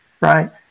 right